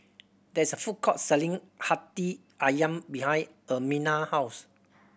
there is a food court selling Hati Ayam behind Ermina house